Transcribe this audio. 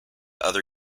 other